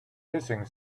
hissing